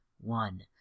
one